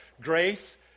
grace